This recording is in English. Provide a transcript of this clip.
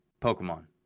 pokemon